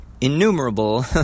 innumerable